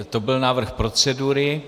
To byl návrh procedury.